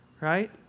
right